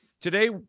today